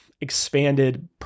expanded